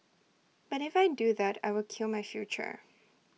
but if I do that I will kill my future